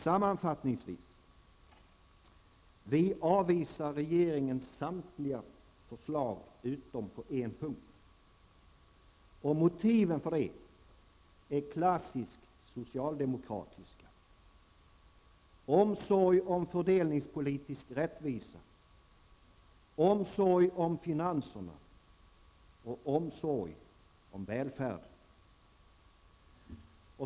Sammanfattningsvis: Vi avvisar regeringens samtliga förslag utom på en punkt. Motiven för detta är klassiskt socialdemokratiska: Omsorg om fördelningspolitisk rättvisa, omsorg om statsfinanserna och omsorg om välfärden.